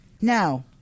Now